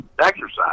exercise